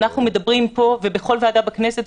אנחנו מדברים פה ובכל ועדה בכנסת,